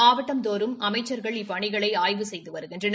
மாவட்டந்தோறும் அமைச்சர்கள் இப்பணிகளை ஆய்வு செய்து வருகின்றனர்